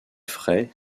frais